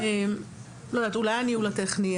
אולי "הניהול הטכני",